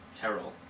Terrell